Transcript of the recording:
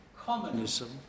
communism